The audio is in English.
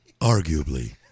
arguably